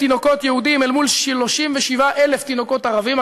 תינוקות יהודים אל מול 37,000 תינוקות ערבים,